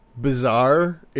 bizarre